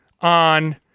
on